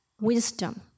wisdom